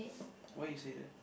why you say that